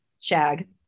shag